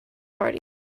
party